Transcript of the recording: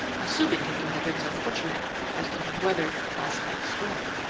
assuming him to have been so fortunate as to have weathered last night's storm.